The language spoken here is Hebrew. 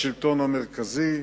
לשלטון המרכזי.